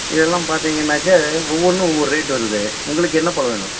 இதெல்லாம் பார்த்திங்கனாக்கா ஒவ்வொன்றும் ஒவ்வொரு ரேட் வருது உங்களுக்கு என்ன பழம் வேணும்